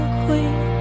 queen